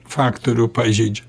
faktorių pažeidžia